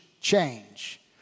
change